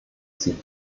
sie